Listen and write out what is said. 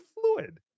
fluid